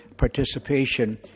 participation